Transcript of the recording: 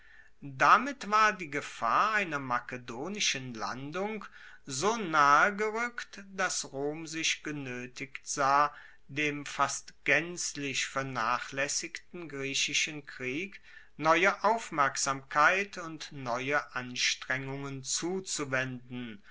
damit war die gefahr einer makedonischen landung so nahe gerueckt dass rom sich genoetigt sah dem fast gaenzlich vernachlaessigten griechischen krieg neue aufmerksamkeit und neue anstrengungen zuzuwenden